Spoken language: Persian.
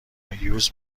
هیوز